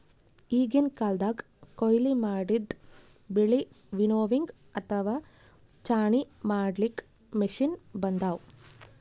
ಈಗಿನ್ ಕಾಲ್ದಗ್ ಕೊಯ್ಲಿ ಮಾಡಿದ್ದ್ ಬೆಳಿ ವಿನ್ನೋವಿಂಗ್ ಅಥವಾ ಛಾಣಿ ಮಾಡ್ಲಾಕ್ಕ್ ಮಷಿನ್ ಬಂದವ್